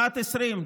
שנת 2020,